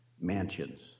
mansions